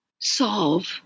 solve